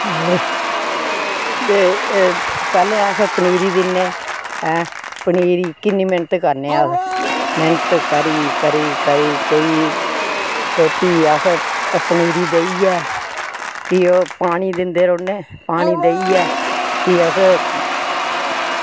ते एह् पैह्लें अस पनीरी दिन्ने पनीरी किन्नी मैह्नत करने अस मैह्नत करी करी कोई ते भी अस पनीरी देइयै ते भी ओह् पानी दिंदे रौह्ने पानी देइयै भी अस